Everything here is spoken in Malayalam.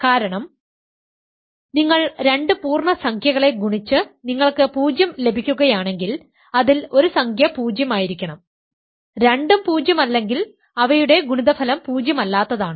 കാരണം നിങ്ങൾ രണ്ട് പൂർണ്ണസംഖ്യകളെ ഗുണിച്ച് നിങ്ങൾക്ക് 0 ലഭിക്കുകയാണെങ്കിൽ അതിൽ ഒരു സംഖ്യ 0 ആയിരിക്കണം രണ്ടും പൂജ്യമല്ലെങ്കിൽ അവയുടെ ഗുണിതഫലം പൂജ്യമല്ലാത്തതാണ്